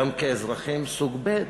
גם כאזרחים סוג ב'.